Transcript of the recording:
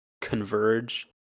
converge